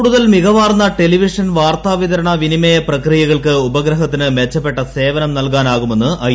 കൂടുതൽ മികവാർന്ന ടെലിവിഷൻ വാർത്താ വിതരണ വിനിമയ പ്രക്രിയകൾക്ക് ഉപഗ്രഹത്തിന് മെച്ചപ്പെട്ട സേവനം നൽകാനാകുമെന്ന് ഐ